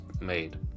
made